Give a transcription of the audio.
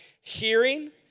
hearing